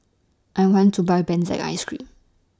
I want to Buy Benzac Ice Cream